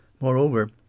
Moreover